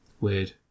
weird